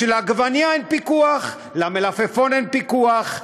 ועל עגבנייה אין פיקוח, על מלפפון אין פיקוח.